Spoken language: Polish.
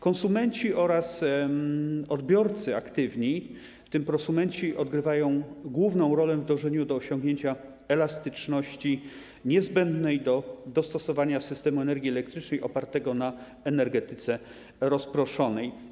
Konsumenci oraz odbiorcy aktywni, w tym prosumenci, odgrywają główną rolę w dążeniu do osiągnięcia elastyczności niezbędnej do dostosowania systemu energii elektrycznej opartego na energetyce rozproszonej.